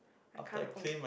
kind of old